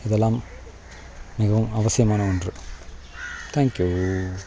இதெலாம் மிகவும் அவசியமான ஒன்று தேங்க்யூ